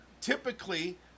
typically